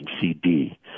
CD